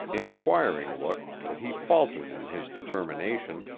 inquiring look that he faltered in his determination,